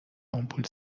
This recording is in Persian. آمپول